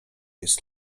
jest